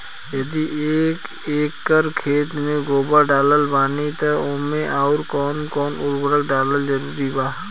यदि एक एकर खेत मे गोबर डालत बानी तब ओमे आउर् कौन कौन उर्वरक डालल जरूरी बा?